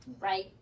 right